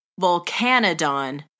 volcanodon